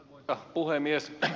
arvoisa puhemies